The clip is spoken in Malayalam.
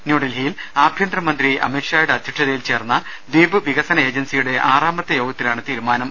ന്യൂഡൽഹിയിൽ ആഭ്യന്തരമന്ത്രി അമിത് ഷായുടെ അധ്യക്ഷതയിൽ ചേർന്ന ദ്വീപ് വികസന ഏജൻസി യുടെ ആറാമത്തെ യോഗത്തിലാണ് തീരുമാനം